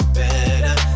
better